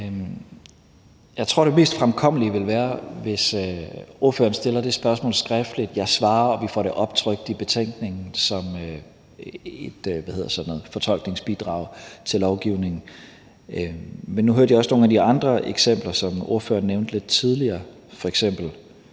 Jeg tror, det mest fremkommelige vil være, hvis ordføreren stiller det spørgsmål skriftligt, at jeg svarer, og at vi får det optrykt i betænkningen som et betænkningsbidrag til lovgivningen. Men nu hørte jeg også nogle af de andre eksempler, som ordføreren nævnte lidt tidligere, f.eks.